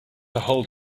ahold